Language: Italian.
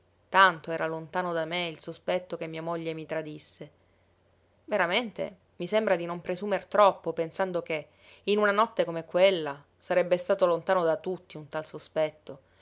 tanto era lontano da me il sospetto che mia moglie mi tradisse veramente mi sembra di non presumer troppo pensando che in una notte come quella sarebbe stato lontano da tutti un tal sospetto